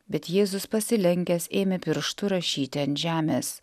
bet jėzus pasilenkęs ėmė pirštu rašyti ant žemės